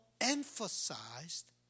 emphasized